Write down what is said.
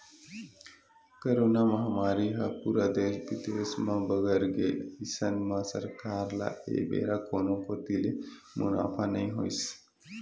corona महामारी ह पूरा देस बिदेस म बगर गे अइसन म सरकार ल ए बेरा कोनो कोती ले मुनाफा नइ होइस